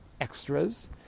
extras